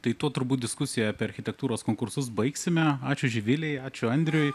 tai tuo turbūt diskusiją apie architektūros konkursus baigsime ačiū živilei ačiū andriui